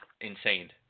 insane